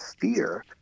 fear